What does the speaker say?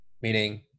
meaning